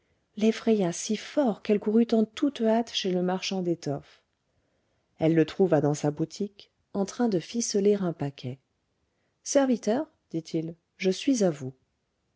buchy l'effraya si fort qu'elle courut en toute hâte chez le marchand d'étoffes elle le trouva dans sa boutique en train de ficeler un paquet serviteur dit-il je suis à vous